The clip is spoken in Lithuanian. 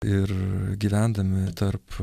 ir gyvendami tarp